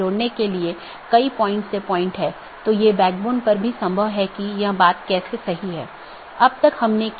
यह प्रत्येक सहकर्मी BGP EBGP साथियों में उपलब्ध होना चाहिए कि ये EBGP सहकर्मी आमतौर पर एक सीधे जुड़े हुए नेटवर्क को साझा करते हैं